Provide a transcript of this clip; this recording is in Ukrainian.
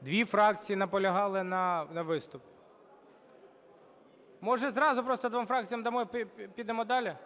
Дві фракції наполягали на виступі. Може, зразу просто двом фракціям дамо - і підемо далі?